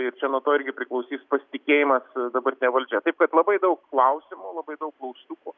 ir čia nuo to irgi priklausys pasitikėjimas dabartine valdžia taip kad labai daug klausimų labai daug klaustukų